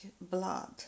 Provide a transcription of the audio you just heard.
blood